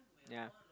ya